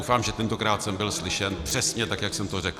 Doufám, že tentokrát jsem byl slyšen přesně tak, jak jsem to řekl.